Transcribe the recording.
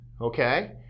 okay